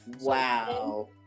Wow